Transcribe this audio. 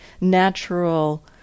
natural